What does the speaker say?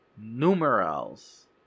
Numerals